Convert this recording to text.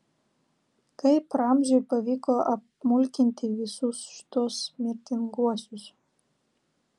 kaip ramziui pavyko apmulkinti visus šituos mirtinguosius